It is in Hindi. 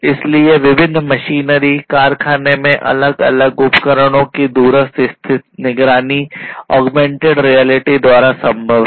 इसलिए विभिन्न मशीनरी कारखाने में अलग अलग उपकरणों की दूरस्थ निगरानी ऑगमेंटेड रियलिटी के द्वारा संभव है